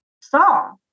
saw